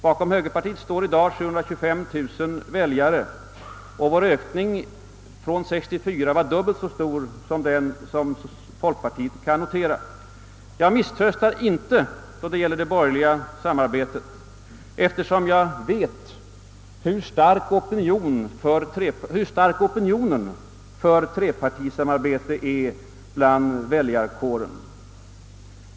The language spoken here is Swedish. Bakom högerpartiet står i dag 725 000 väljare, och vår ök ning från 1964 var dubbelt så stor som den som folkpartiet noterade. Jag misströstar inte då det gäller det borgerliga samarbetet, eftersom jag vet hur stark opinionen för trepartisamarbete är inom väljarkåren.